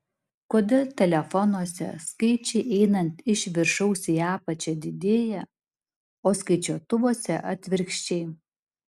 kodėl telefonuose skaičiai einant iš viršaus į apačią didėja o skaičiuotuvuose atvirkščiai